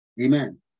Amen